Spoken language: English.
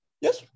Yes